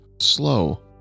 slow